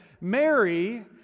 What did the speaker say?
Mary